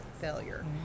failure